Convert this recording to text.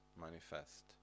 manifest